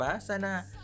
Sana